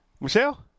Michelle